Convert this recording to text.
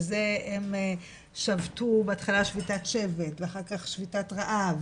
זה הם שבתו בהתחלה שביתת שבט ואח"כ שביתת רעב